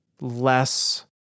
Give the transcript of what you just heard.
less